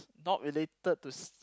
not related to s~